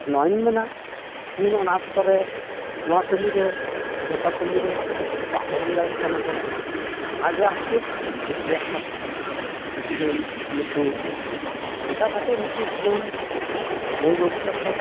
ᱱᱚᱣᱟ ᱜᱤᱧ ᱢᱮᱱᱟ ᱛᱤᱦᱤᱧ ᱚᱱᱟ ᱚᱠᱛᱚ ᱨᱮ ᱱᱚᱣᱟ ᱠᱟᱹᱢᱤ ᱨᱮ ᱡᱚᱛᱚ ᱠᱟᱹᱢᱤ ᱨᱮ ᱵᱟᱠᱚ ᱮᱢ ᱫᱟᱲᱮᱜ ᱠᱟᱱᱟ ᱜᱚᱲᱚ ᱚᱱᱟ ᱜᱮ ᱟᱯᱷᱥᱩᱥ ᱫᱩᱠ ᱨᱮᱭᱟᱜ ᱠᱟᱛᱷᱟ ᱛᱤᱦᱤᱧ ᱱᱩᱠᱩ ᱪᱮᱠᱟ ᱠᱟᱛᱮ ᱱᱩᱠᱩ ᱡᱩᱣᱟᱹᱱ ᱢᱟᱹᱭ ᱵᱟᱹᱵᱩ ᱛᱟᱠᱚ